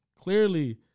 clearly